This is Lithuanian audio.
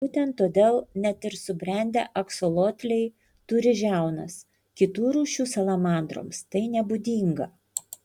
būtent todėl net ir subrendę aksolotliai turi žiaunas kitų rūšių salamandroms tai nebūdinga